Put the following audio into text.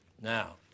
Now